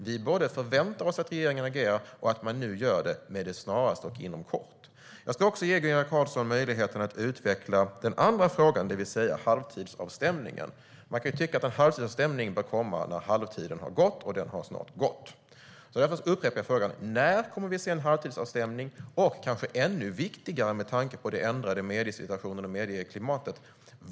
Vi förväntar oss både att regeringen agerar och att den gör det med det snaraste och inom kort. Jag upprepar därför frågorna. När kommer vi att få se en halvtidsavstämning? Jag vill fråga om något som kanske är ännu viktigare med tanke på den ändrade mediesituationen och det ändrade medieklimatet.